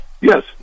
Yes